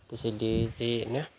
त्यसैले चाहिँ होइन